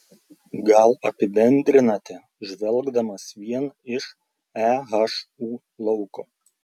gal apibendrinate žvelgdamas vien iš ehu lauko